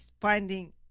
finding